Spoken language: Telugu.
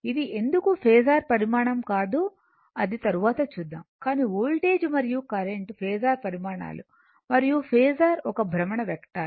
అది ఎందుకు ఫేసర్ పరిమాణం కాదు అది తరువాత చూద్దాం కానీ వోల్టేజ్ మరియు కరెంట్ ఫేసర్ పరిమాణాలు మరియు ఫేసర్ ఒక భ్రమణ వెక్టార్